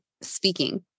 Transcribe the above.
speaking